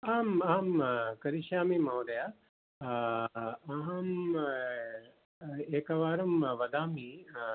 आम् आं करिष्यामि महोदय अहम् एकवारं वदामि